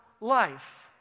life